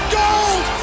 gold